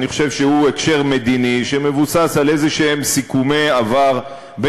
שאני חושב שהוא הקשר מדיני שמבוסס על סיכומי עבר כלשהם